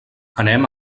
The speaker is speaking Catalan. anem